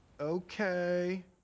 okay